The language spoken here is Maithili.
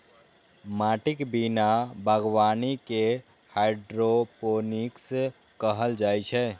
माटिक बिना बागवानी कें हाइड्रोपोनिक्स कहल जाइ छै